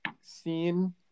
seen